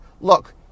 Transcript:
look